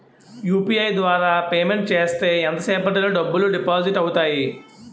UPI ద్వారా payment చేస్తే ఎంత సేపటిలో డబ్బులు డిపాజిట్ అవుతాయి?